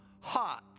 hot